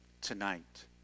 tonight